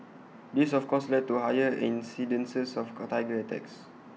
this of course led to higher incidences of go Tiger attacks